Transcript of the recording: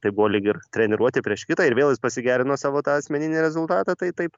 tai buvo lyg ir treniruotė prieš kitą ir vėl jis pasigerino savo tą asmeninį rezultatą tai taip